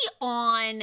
on